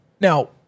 Now